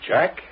Jack